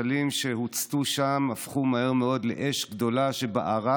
הספסלים שהוצתו שם הפכו מהר מאוד לאש גדולה שבערה